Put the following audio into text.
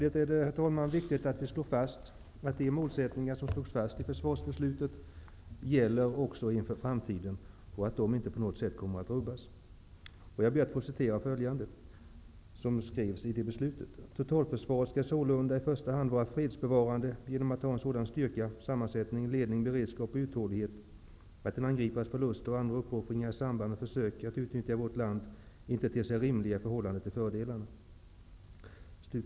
Det är samtidigt viktigt att slå fast att de målsättningar som fastställdes i försvarsbeslutet också skall gälla inför framtiden och att de inte på något sätt kommer att rubbas. Jag vill citera följande ur försvarsbeslutet: ''Totalförsvaret skall sålunda i första hand vara fredsbevarande genom att ha sådan styrka, sammansättning, ledning, beredskap och uthållighet, att en angripares förluster och andra uppoffringar i samband med försök att utnyttja vårt land inte ter sig rimliga i förhållande till fördelarna''.